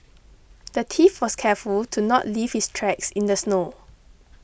the thief was careful to not leave his tracks in the snow